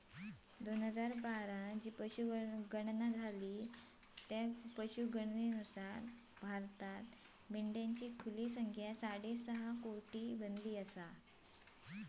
दोन हजार बाराच्या पशुगणनेनुसार भारतात मेंढ्यांची खुली संख्या साडेसहा कोटी आसा